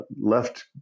left